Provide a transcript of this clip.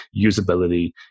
usability